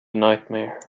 nightmare